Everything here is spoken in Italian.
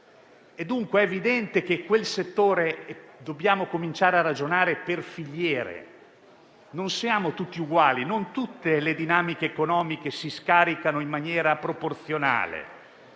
Dunque è evidente che dobbiamo cominciare a ragionare per filiere: non siamo tutti uguali, non tutte le dinamiche economiche si scaricano in maniera proporzionale.